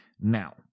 Now